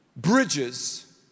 Bridges